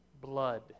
blood